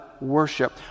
worship